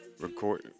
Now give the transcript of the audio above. record